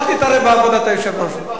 אל תתערב בעבודת היושב-ראש,